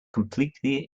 completely